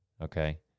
Okay